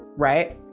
right?